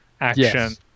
action